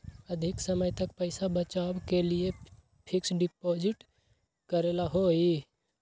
अधिक समय तक पईसा बचाव के लिए फिक्स डिपॉजिट करेला होयई?